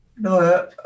No